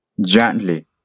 Gently